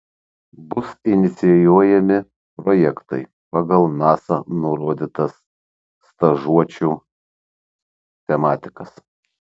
bus inicijuojami projektai pagal nasa nurodytas stažuočių tematikas